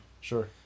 Sure